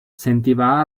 sentiva